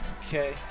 Okay